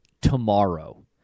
tomorrow